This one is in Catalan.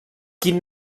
quin